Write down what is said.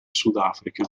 sudafrica